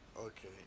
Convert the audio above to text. okay